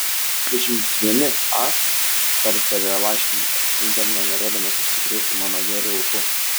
dvidešimt vieni a tarstelėjo laiškininkas vis dar nenorėdamas užsikrėsti mano geru ūpu